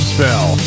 Spell